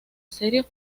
serios